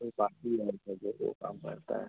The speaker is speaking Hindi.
कोई पार्टी और का जो वो काम करता है